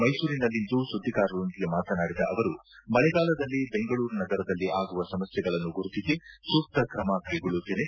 ಮೈಸೂರಿನಲ್ಲಿಂದು ಸುದ್ದಿಗಾರರೊಂದಿಗೆ ಮಾತನಾಡಿದ ಅವರು ಮಳೆಗಾಲದಲ್ಲಿ ಬೆಂಗಳೂರು ನಗರದಲ್ಲಿ ಆಗುವ ಸಮಸ್ಕೆಗಳನ್ನು ಗುರುತಿಸಿ ಸೂಕ್ತ ಕ್ರಮ ಕೈಗೊಳ್ಳುತ್ತೇನೆ